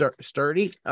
sturdy